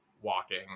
walking